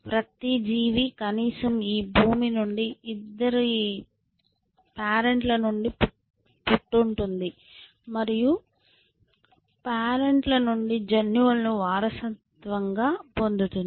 ప్రతి జీవి కనీసం ఈ భూమి నుండి ఇద్దరు పేరెంట్ల నుండి పుట్టింది మరియు పేరెంట్ ల నుండి జన్యువులను వారసత్వంగా పొందుతుంది